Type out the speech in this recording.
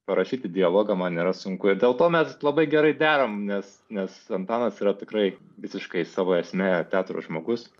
parašyti dialogą man nėra sunku ir dėl to mes labai gerai deram nes nes antanas yra tikrai visiškai savo esme teatro žmogus